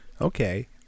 Okay